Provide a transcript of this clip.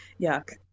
yuck